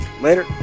Later